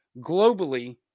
globally